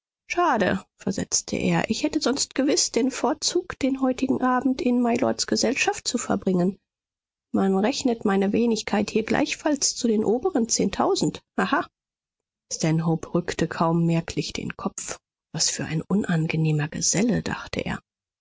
schade versetzte er ich hätte sonst gewiß den vorzug den heutigen abend in mylords gesellschaft zu verbringen man rechnet meine wenigkeit hier gleichfalls zu den oberen zehntausend haha stanhope rückte kaum merklich den kopf was für ein unangenehmer geselle dachte er